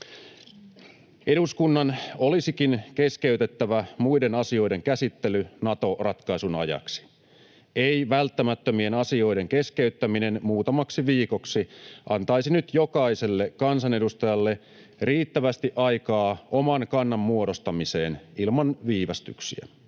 Eduskunnan olisikin keskeytettävä muiden asioiden käsittely Nato-ratkaisun ajaksi. Ei-välttämättömien asioiden keskeyttäminen muutamaksi viikoksi antaisi nyt jokaiselle kansanedustajalle riittävästi aikaa oman kannan muodostamiseen ilman viivästyksiä.